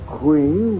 queen